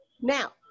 Now